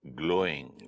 glowing